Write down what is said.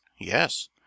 yes